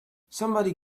somebody